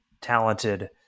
talented